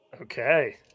Okay